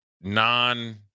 non